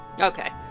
Okay